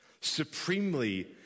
supremely